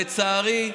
לצערי,